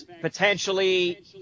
potentially